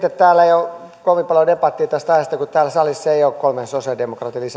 että täällä ei ole kovin paljon debattia tästä aiheesta johtuu varmaan siitä kun täällä salissa ei ole kolmen sosialidemokraatin